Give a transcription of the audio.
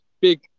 big